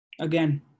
Again